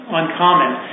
uncommon